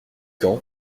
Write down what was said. quand